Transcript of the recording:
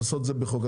לעשות את זה בחוק.